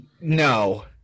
No